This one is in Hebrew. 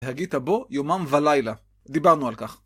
והגית בו יומם ולילה. דיברנו על כך.